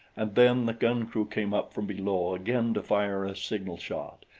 and then the gun-crew came up from below again to fire a signal shot,